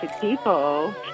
people